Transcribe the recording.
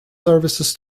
services